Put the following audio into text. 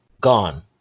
gone